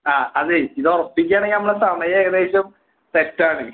ആ അതേ ഇത് ഉറപ്പിക്കുവാനെങ്കിൽ നമ്മുടെ സമയം ഏകദേശം സെറ്റാണ്